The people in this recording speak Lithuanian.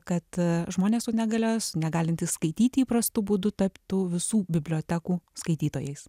kad žmonės su negalia negalintys skaityti įprastu būdu taptų visų bibliotekų skaitytojais